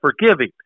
forgiving